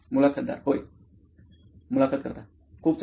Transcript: मुलाखतदार होय मुलाखत कर्ता खूप चांगला